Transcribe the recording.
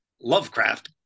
Lovecraft